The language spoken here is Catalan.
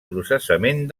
processament